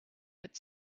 but